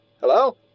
Hello